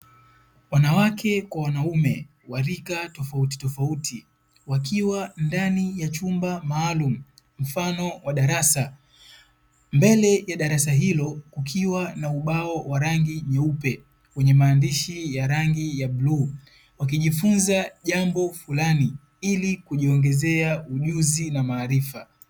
Wanawake kwa wanaume wa rika tofautitofauti wakiwa ndani ya chumba maalumu mfano wa darasa, mbele ya darasa hilo kukiwa na ubao wa rangi nyeupe wenye maandishi ya rangi ya bluu wakijifunza jambo fulani ili kujiongezea ujuzi na maarifa.